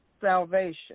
salvation